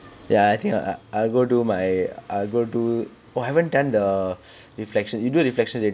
ya I think I I go do my I go do !wah! haven't done the reflection you do reflection already